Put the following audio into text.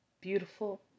beautiful